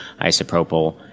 isopropyl